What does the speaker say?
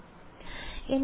വിദ്യാർത്ഥി l1